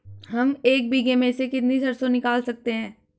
हम एक बीघे में से कितनी सरसों निकाल सकते हैं?